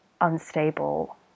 unstable